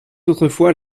autrefois